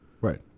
right